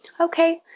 okay